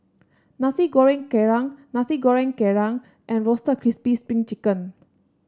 Nasi Goreng Kerang Nasi Goreng Kerang and Roasted Crispy Spring Chicken